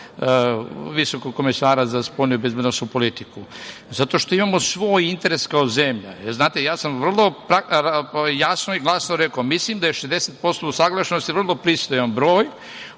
visokog komesara za spoljnu i bezbednosnu politiku. Imamo svoj interes kao zemlja. Znate, ja sam vrlo jasno i glasno rekao, mislim da je 60% vrlo pristojan broj,